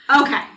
Okay